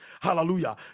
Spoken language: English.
Hallelujah